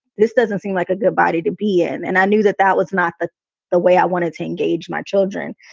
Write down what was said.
this doesn't seem like a good body to be in. and i knew that that was not the the way i wanted to engage my children.